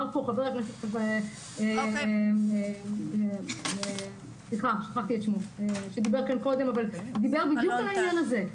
דיבר פה קודם חבר הכנסת אלון טל בדיוק על העניין הזה.